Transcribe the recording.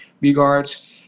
regards